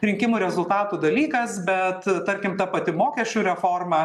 rinkimų rezultatų dalykas bet tarkim ta pati mokesčių reforma